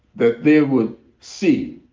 that they would see